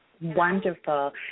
Wonderful